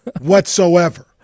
whatsoever